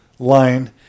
line